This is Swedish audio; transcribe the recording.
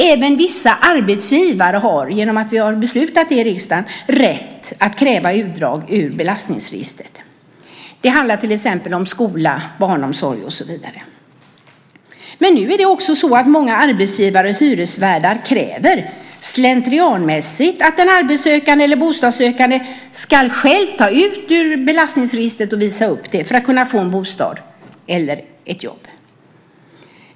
Även vissa arbetsgivare har rätt att kräva utdrag ur belastningsregistret. Det har vi fattat beslut om i riksdagen. Det handlar till exempel om skola och barnomsorg. Men nu kräver också många arbetsgivare och hyresvärdar slentrianmässigt att en arbetssökande eller bostadssökande själv ska uppvisa ett utdrag från belastningsregistret för att få ett jobb eller en bostad.